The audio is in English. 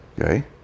Okay